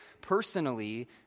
personally